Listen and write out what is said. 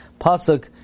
Pasuk